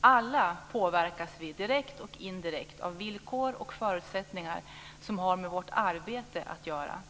Alla påverkas vi direkt och indirekt av villkor och förutsättningar som har med vårt arbete att göra.